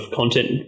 content